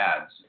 ads